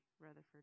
Rutherford